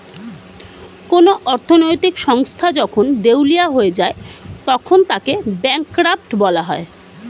কোন অর্থনৈতিক সংস্থা যখন দেউলিয়া হয়ে যায় তখন তাকে ব্যাঙ্করাপ্ট বলা হয়